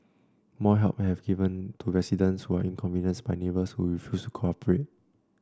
more help have to be given to residents who are inconvenienced by neighbours who refuse to cooperate